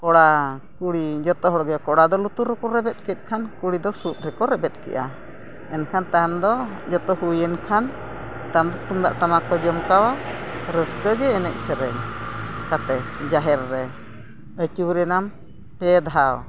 ᱠᱚᱲᱟᱼᱠᱩᱲᱤ ᱡᱚᱛᱚ ᱦᱚᱲᱜᱮ ᱠᱚᱲᱟ ᱫᱚ ᱞᱩᱛᱩᱨ ᱨᱮᱠᱚ ᱨᱮᱵᱮᱫ ᱠᱮᱫᱠᱷᱟᱱ ᱠᱩᱲᱤ ᱠᱚᱫᱚ ᱥᱩᱫ ᱨᱮᱠᱚ ᱨᱮᱵᱮᱫ ᱠᱮᱜᱼᱟ ᱮᱱᱠᱷᱟᱱ ᱛᱟᱭᱚᱢ ᱫᱚ ᱡᱚᱛᱚ ᱦᱩᱭᱮᱱ ᱠᱷᱟᱱ ᱛᱟᱭᱚᱢ ᱛᱩᱢᱫᱟᱜ ᱴᱟᱢᱟᱠ ᱠᱚ ᱡᱚᱢᱠᱟᱣᱟ ᱨᱟᱹᱥᱠᱟᱹᱜᱮ ᱮᱱᱮᱡ ᱥᱮᱨᱮᱧ ᱠᱟᱛᱮᱫ ᱡᱟᱦᱮᱨ ᱨᱮᱢ ᱟᱹᱪᱩᱨᱮᱱᱟᱢ ᱯᱮ ᱫᱷᱟᱣ